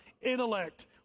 intellect